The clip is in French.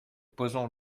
posons